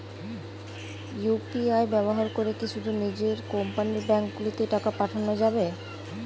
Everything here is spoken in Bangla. ইউ.পি.আই ব্যবহার করে কি শুধু নিজের কোম্পানীর ব্যাংকগুলিতেই টাকা পাঠানো যাবে?